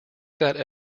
that